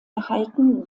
erhalten